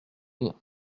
bien